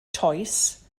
toes